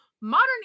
modern